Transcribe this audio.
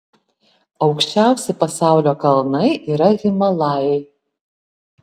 aukščiausi pasaulio kalnai yra himalajai